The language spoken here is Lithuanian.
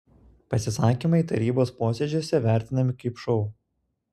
pasisakymai tarybos posėdžiuose vertinami kaip šou